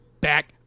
Back